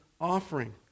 offering